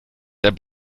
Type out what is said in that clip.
der